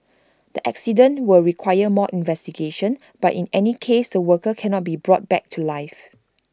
the accident will require more investigation but in any case the worker cannot be brought back to life